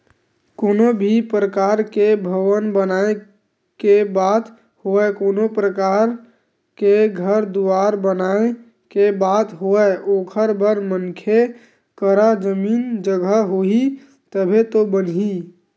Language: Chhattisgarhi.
कोनो भी परकार के भवन बनाए के बात होवय कोनो परकार के घर दुवार बनाए के बात होवय ओखर बर मनखे करा जमीन जघा होही तभे तो बनही